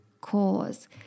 cause